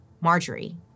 Marjorie